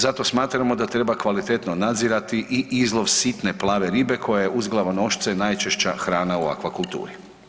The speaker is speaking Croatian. Zato smatramo da treba kvalitetno nadzirati i izlov sitne plave ribe koja je uz glavonošce najčešća hrana u aquakulturi.